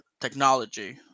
technology